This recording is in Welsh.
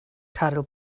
caryl